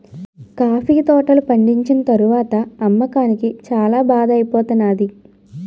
coffee తోటలు పండిచ్చిన తరవాత అమ్మకానికి చాల బాధ ఐపోతానేది